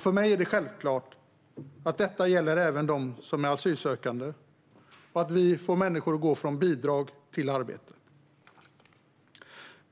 För mig är det självklart att detta även gäller asylsökande och att vi får människor att gå från bidrag till arbete.